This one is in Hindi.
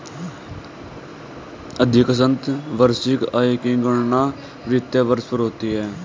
अधिकांशत वार्षिक आय की गणना वित्तीय वर्ष पर होती है